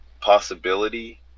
possibility